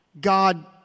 God